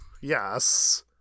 Yes